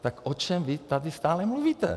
Tak o čem vy tady stále mluvíte?